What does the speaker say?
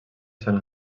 sant